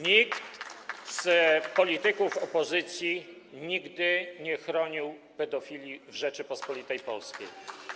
Nikt z polityków opozycji nigdy nie chronił pedofilii w Rzeczypospolitej Polskiej.